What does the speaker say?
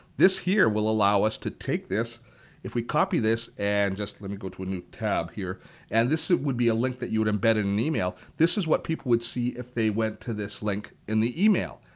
this here will allow us to take this if we copy this and just let me go to a new tab here and this would be a link that you would embed in an email. this is what people would see if they went to this link in the email.